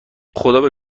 خدابه